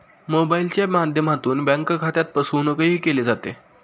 मोबाइलच्या माध्यमातून बँक खात्यात फसवणूकही केली जाते